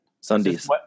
Sundays